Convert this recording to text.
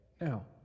Now